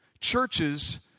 Churches